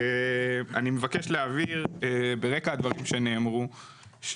אני מבקש להבהיר ברקע הדברים שנאמרו,